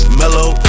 mellow